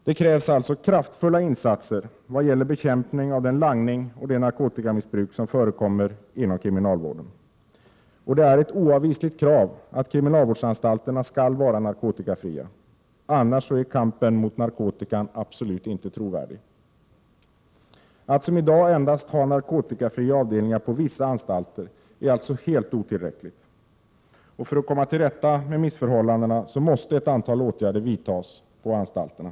Det krävs kraftfulla insatser vad gäller bekämpning av den langning och det narkotikamissbruk som förekommer inom kriminalvården. Det är ett oavvisligt krav att kriminalvårdsanstalterna skall vara narkotikafria. Annars är kampen mot narkotikan absolut inte trovärdig. Att som i dag ha narkotikafria avdelningar endast på vissa anstalter är därför helt otillräckligt. För att man skall kunna komma till rätta med missförhållandena måste ett antal åtgärder vidtas beträffande anstalterna.